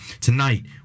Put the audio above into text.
Tonight